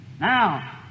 Now